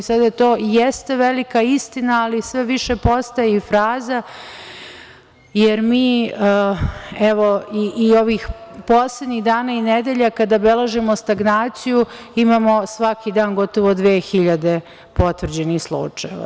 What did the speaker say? Sada to jeste velika istina, ali sve više postaje i fraza, jer mi, evo, i ovih poslednjih dana i nedelja, kada beležimo stagnaciju, imamo svaki dan gotovo 2.000 potvrđenih slučajeva.